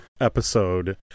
episode